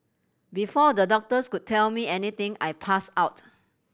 before the doctors could tell me anything I passed out